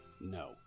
No